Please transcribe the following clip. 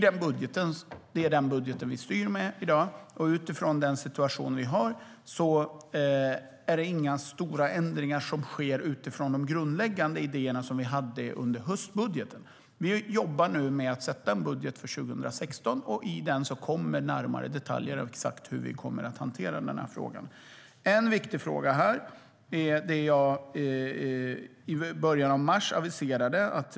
Det är den budget vi styr med i dag, och utifrån den situation vi har är det inga stora ändringar som sker med utgångspunkt i de grundläggande idéerna i höstbudgeten. En viktig fråga är vad jag aviserade i början av mars.